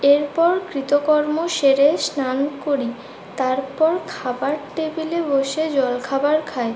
এরপর কৃতকর্ম সেরে স্নান করি তারপর খাবার টেবিলে বসে জলখাবার খাই